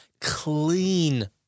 clean